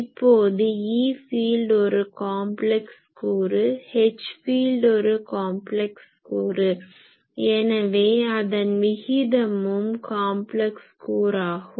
இப்போது E field ஒரு complex கூறு H ஃபீல்ட் ஒரு காம்ப்லக்ஸ் சிக்கலெண் கூறு எனவே அதன் விகிதமும் காம்ப்லக்ஸ் கூறாகும்